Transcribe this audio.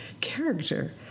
character